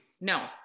No